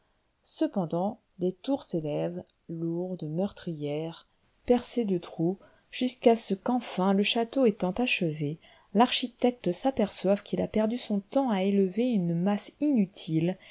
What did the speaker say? cependant les tours s'élèvent lourdes meurtrières percées de trous jusqu'à ce qu'enfin le château étant achevé l'architecte s'aperçoive qu'il a perdu son temps à élever une masse inutile